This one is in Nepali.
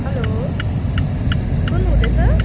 हलो सुन्नुहुँदैछ